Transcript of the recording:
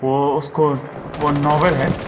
وہ اس کو وہ ناول ہے